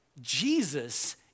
Jesus